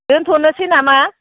दोन्थ'नोसै नामा